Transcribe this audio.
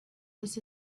this